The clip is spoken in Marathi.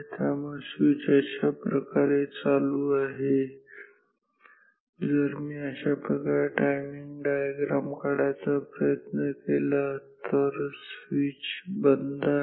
त्यामुळे स्विच अशाप्रकारे चालू आहे जर मी अशाप्रकारे टायमिंग डायग्राम काढायचा प्रयत्न केला तर स्विच बंद आहे